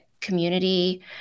community